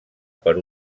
per